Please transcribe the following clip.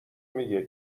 میگه